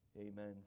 Amen